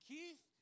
Keith